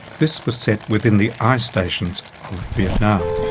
this was set within the eye stations of vietnam,